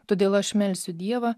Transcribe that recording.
todėl aš melsiu dievą